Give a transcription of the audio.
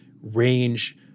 range